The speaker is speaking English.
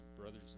brothers